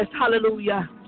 Hallelujah